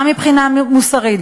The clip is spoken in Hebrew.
גם מבחינה מוסרית,